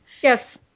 Yes